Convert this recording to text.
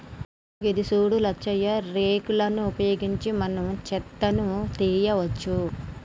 గిది సూడు లచ్చయ్య రేక్ లను ఉపయోగించి మనం సెత్తను తీయవచ్చు